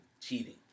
cheating